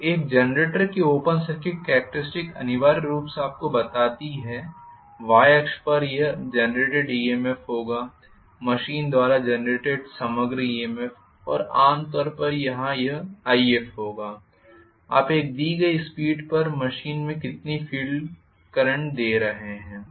तो एक जनरेटर की ओपन सर्किट कॅरेक्टरिस्टिक्स अनिवार्य रूप से आपको बताती हैं Yअक्ष पर यह जेनरेटेड ईएमएफ होगा मशीन द्वारा जेनरेटेड समग्र ईएमएफ और आमतौर पर यहां यह If होगा आप एक दी गई स्पीड पर मशीन में कितनी फ़ील्ड करंट दे रहे हैं